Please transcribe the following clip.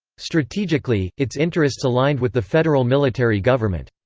strategically, its interests aligned with the federal military government.